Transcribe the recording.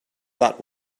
that